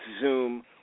Zoom